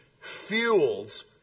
fuels